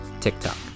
TikTok